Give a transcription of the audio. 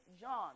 John